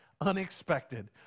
unexpected